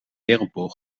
wereldbol